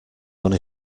done